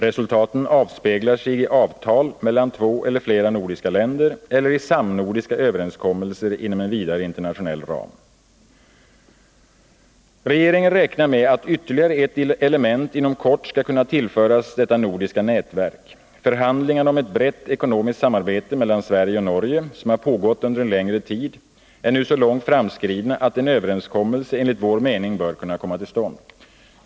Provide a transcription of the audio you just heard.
Resultaten avspeglar sig i avtal mellan två eller flera nordiska länder eller i samnordiska överenskommelser inom en Regeringen räknar med att ytterligare ett element inom kort skall kunna tillföras detta nordiska nätverk. Förhandlingarna om ett brett ekonomiskt samarbete mellan Sverige och Norge, som har pågått under en längre tid, är nu så långt framskridna att en överenskommelse enligt vår mening bör kunna komma till stånd.